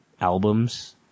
albums